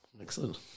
Excellent